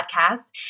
podcast